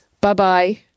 Bye-bye